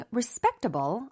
respectable